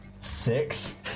Six